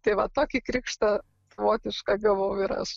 tai va tokį krikštą savotišką gavau ir aš